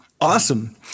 Awesome